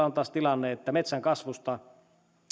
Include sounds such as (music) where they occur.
(unintelligible) on taas tilanne että metsän kasvusta